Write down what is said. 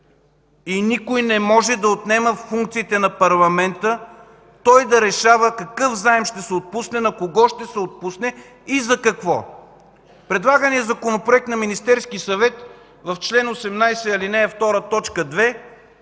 и никой не може да отнема функциите на парламента той да решава какъв заем ще се отпусне, на кого ще се отпусне и за какво. В предлагания Законопроект на Министерския съвет в чл. 18, ал.